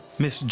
ms.